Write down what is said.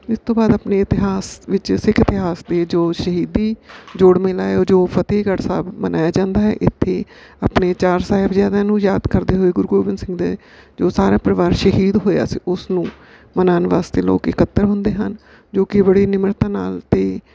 ਇਸ ਤੋਂ ਬਾਅਦ ਆਪਣੇ ਇਤਿਹਾਸ ਵਿੱਚ ਸਿੱਖ ਇਤਿਹਾਸ ਦੇ ਜੋ ਸ਼ਹੀਦੀ ਜੋੜ ਮੇਲਾ ਉਹ ਜੋ ਫਤਿਹਗੜ੍ਹ ਸਾਹਿਬ ਮਨਾਇਆ ਜਾਂਦਾ ਹੈ ਇੱਥੇ ਆਪਣੇ ਚਾਰ ਸਾਹਿਬਜ਼ਾਦਿਆਂ ਨੂੰ ਯਾਦ ਕਰਦੇ ਹੋਏ ਗੁਰੂ ਗੋਬਿੰਦ ਸਿੰਘ ਦੇ ਜੋ ਸਾਰਾ ਪਰਿਵਰ ਸ਼ਹੀਦ ਹੋਇਆ ਸੀ ਉਸ ਨੂੰ ਮਨਾਉਣ ਵਾਸਤੇ ਲੋਕ ਇਕੱਤਰ ਹੁੰਦੇ ਹਨ ਜੋ ਕਿ ਬੜੀ ਨਿਮਰਤਾ ਨਾਲ ਅਤੇ